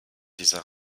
dieser